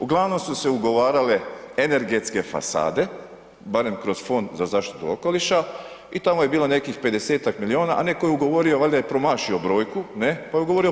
Uglavnom su se ugovarale energetske fasade, barem kroz Fond za zaštitu okoliša i tamo je bilo nekih 50-ak milijun, a neko je ugovorio valjda je promašio brojku, ne, pa je ugovorio 500.